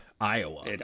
Iowa